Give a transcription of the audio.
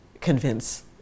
convince